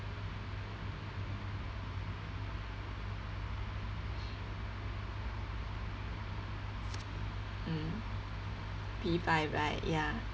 mm P five right ya